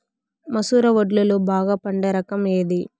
మసూర వడ్లులో బాగా పండే రకం ఏది?